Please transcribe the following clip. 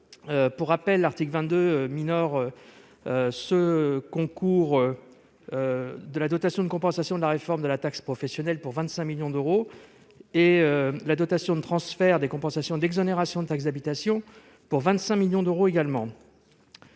Pour rappel, l'article 22 minore ce concours de la dotation de compensation de la réforme de la taxe professionnelle à hauteur de 25 millions d'euros ; la dotation de transfert des compensations d'exonération de taxe d'habitation est également